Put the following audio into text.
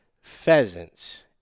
pheasants